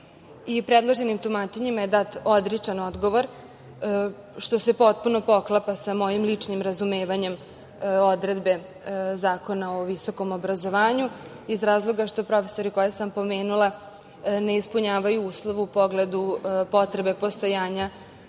vreme? Predloženim tumačenjima je dat odričan odgovor, što se potpuno poklapa sa mojim ličnim razumevanjem odredbe Zakona o visokom obrazovanju, iz razloga što profesori koje sam pomenula ne ispunjavaju uslove u pogledu potrebe postojanja